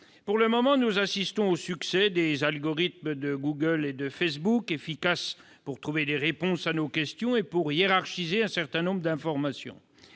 Pour le moment, nous assistons au succès des algorithmes de Google et de Facebook, efficaces pour trouver des réponses à nos questions et pour hiérarchiser un certain nombre d'informations.